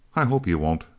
i hope you won't!